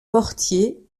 portier